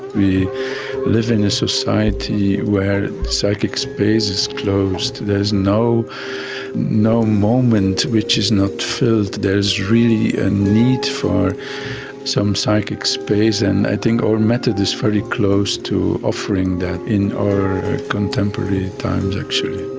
we live in a society where psychic space is closed, there is no no moment which is not filled. there is really a need for some psychic space, and i think our method is very close to offering that in our contemporary times actually.